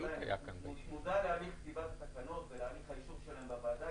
מודע להליך כתיבת התקנות ולהליך האישור שלהן בוועדה.